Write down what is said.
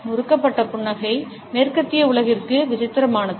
முறுக்கப்பட்ட புன்னகை மேற்கத்திய உலகிற்கு விசித்திரமானது